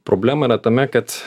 problema yra tame kad